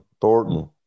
Thornton